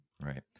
right